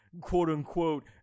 quote-unquote